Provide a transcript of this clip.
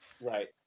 Right